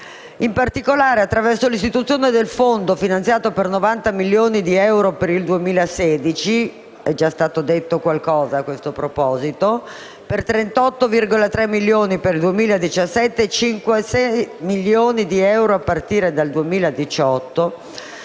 In particolare, attraverso l'istituzione del Fondo finanziato con 90 milioni di euro per il 2016 (è già stato detto qualcosa in proposito), 38,3 milioni per il 2017 e 56,1 milioni di euro a partire dal 2018,